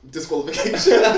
Disqualification